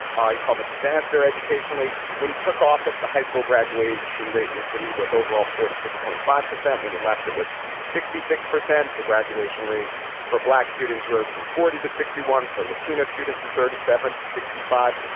icom a disaster educationally. when he took office, the high school graduation rate in the city was overall forty six point five percent. when he left, it was sixty six percent. the graduation rate for black students rose from forty to sixty one for latino students from thirty seven to sixty five.